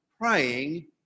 praying